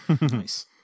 Nice